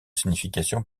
signification